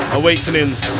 awakenings